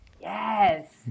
Yes